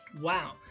Wow